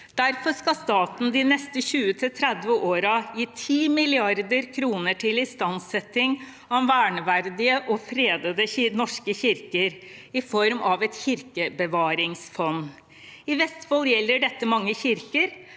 Derfor skal staten de neste 20 til 30 årene gi 10 mrd. kr til istandsetting av verneverdige og fredede norske kirker, i form av et kirkebevaringsfond. I Vestfold gjelder dette mange kirker,